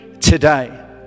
today